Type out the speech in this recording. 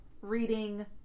reading